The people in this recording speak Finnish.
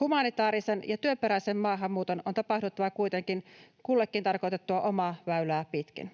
Humanitaarisen ja työperäisen maahanmuuton on tapahduttava kuitenkin kullekin tarkoitettua omaa väylää pitkin.